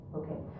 okay